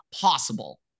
possible